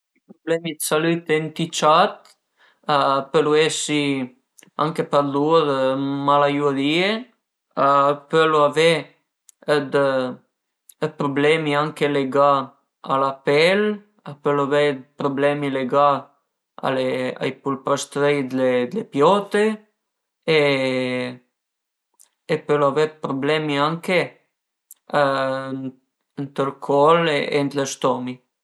Alura i prublemi d'salute ënt i ciat a pölu esi anche për lur mal a le urìe, a pölu avé dë prublemi anche lëgà a la pel, a pölu avei dë prublemi lëgà ai pulpastrei d'le piote e pölu avé prublemi anche ënt ël col e ën lë stomi